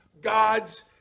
God's